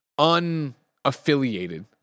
unaffiliated